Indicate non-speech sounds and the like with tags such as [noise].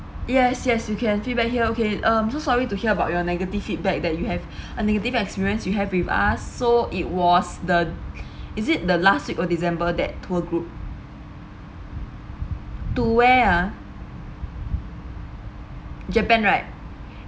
yes yes you can feedback here okay um so sorry to hear about your negative feedback that you have [breath] uh negative experience you have with us so it was the [breath] is it the last week of december that tour group to where ah japan right [breath]